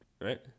Right